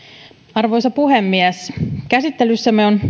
arvoisa puhemies käsittelyssämme on